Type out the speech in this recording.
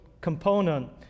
component